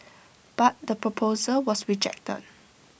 but the proposal was rejected